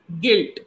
guilt